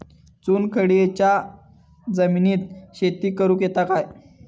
चुनखडीयेच्या जमिनीत शेती करुक येता काय?